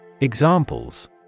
Examples